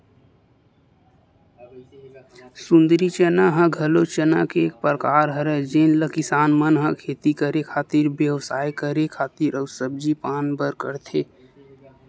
सुंदरी चना ह घलो चना के एक परकार हरय जेन ल किसान मन ह खेती करे खातिर, बेवसाय करे खातिर अउ सब्जी पान बर करथे